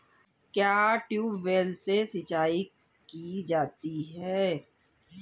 क्या ट्यूबवेल से सिंचाई की जाती है?